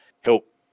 help